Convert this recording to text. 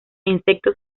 insectos